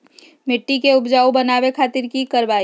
मिट्टी के उपजाऊ बनावे खातिर की करवाई?